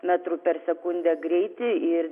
metrų per sekundę greitį ir